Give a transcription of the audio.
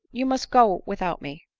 you must go without me,